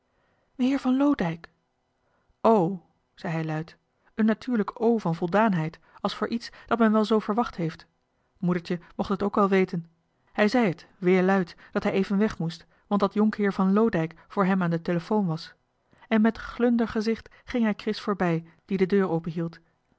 meheer van loodijck o zei hovink luid een natuurlijk o van voldaanheid als voor iets dat men wel zoo verwacht heeft moedertje mocht het ook wel weten hij zei t weer luid dat hij even weg moest want dat jonkheer van loodijck voor hem aan de telefoon was en met glunder gezicht ging hij kris voorbij die de deur openhield